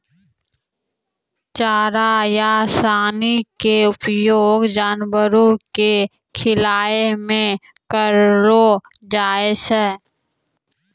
चारा या सानी के उपयोग जानवरों कॅ खिलाय मॅ करलो जाय छै